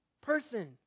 person